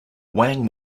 wang